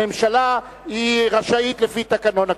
הממשלה רשאית לפי תקנון הכנסת.